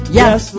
yes